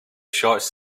shots